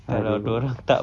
harus